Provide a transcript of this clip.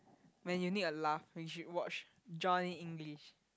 when you need a laugh you should watch Johnny-English